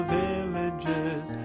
villages